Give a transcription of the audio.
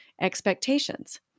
expectations